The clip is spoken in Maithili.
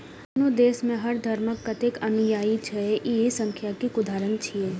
कोनो देश मे हर धर्मक कतेक अनुयायी छै, ई सांख्यिकीक उदाहरण छियै